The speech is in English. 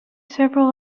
several